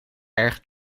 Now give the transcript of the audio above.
erg